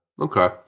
Okay